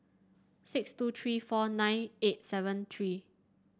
six two three four nine eight seven three